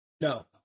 No